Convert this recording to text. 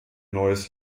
neues